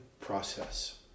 process